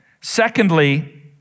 Secondly